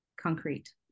concrete